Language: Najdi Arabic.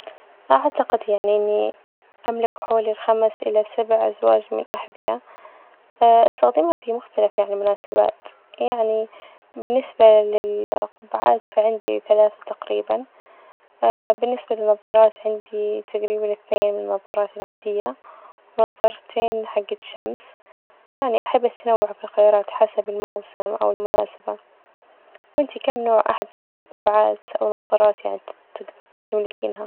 أعتقد يعني إني أملك حوالي الخمس إلى سبع أزواج من الأحذية أستخدمها في مختلف يعني المناسبات، يعني بالنسبة للقبعات فعندي ثلاثة تقريبا بالنسبة للنظارات عندي تجريبا اثنين النظارات العادية ونظارتين حجت شمس، يعني أحب أتنوع في الخيارات حسب الموسم أو المناسبة، وإنتي كم نوع أحذية أو قبعات أو نظارات يعني ت- تج- تملكينها؟